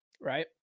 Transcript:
Right